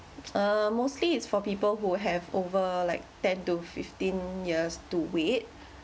uh mostly it's for people who have over like ten to fifteen years to wait